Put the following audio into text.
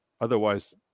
Otherwise